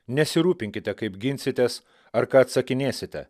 nesirūpinkite kaip ginsitės ar ką atsakinėsite